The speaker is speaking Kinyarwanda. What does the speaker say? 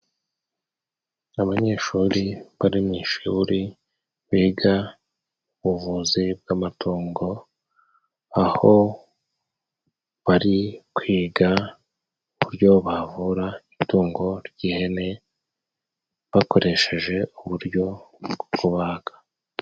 Abanyeshuri bari mu ishuri biga ubuvuzi bw'amatungo aho bari kwiga uburyo bavura itungo ry'ihene bakoresheje uburyo bwo kubaga.